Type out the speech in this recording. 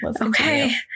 Okay